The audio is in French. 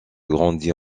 grandit